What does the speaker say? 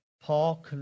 Paul